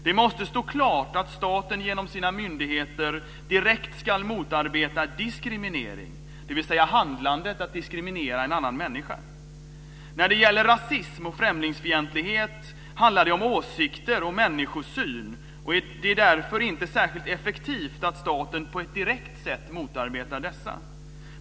Det måste stå klart att staten genom sina myndigheter direkt ska motarbeta diskriminering, dvs. handlandet att diskriminera en annan människa. När det gäller rasism och främlingsfientlighet handlar det om åsikter och människosyn. Det är därför inte särskilt effektivt att staten på ett direkt sätt motarbetar dessa.